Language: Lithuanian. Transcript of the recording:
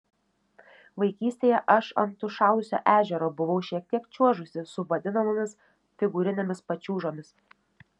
vaikystėje aš ant užšalusio ežero buvau šiek tiek čiuožusi su vadinamomis figūrinėmis pačiūžomis